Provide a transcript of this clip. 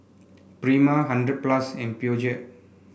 Prima Hundred plus and Peugeot